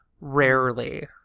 rarely